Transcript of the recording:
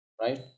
right